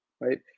right